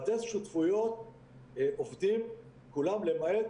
בדסק שותפויות עובדים כולם, למעט